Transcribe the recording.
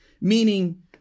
Meaning